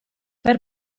per